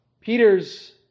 Peter's